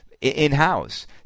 in-house